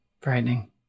frightening